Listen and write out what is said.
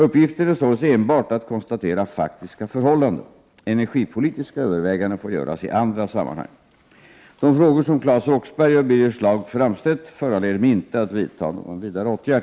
Uppgiften är således enbart att konstatera faktiska förhållanden. Energipolitiska överväganden får göras i andra sammanhang. De frågor som Claes Roxbergh och Birger Schlaug framställt föranleder mig inte att vidta någon vidare åtgärd.